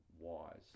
wise